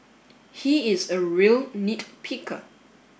he is a real nit picker